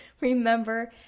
Remember